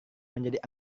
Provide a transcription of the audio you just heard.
menjadi